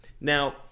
Now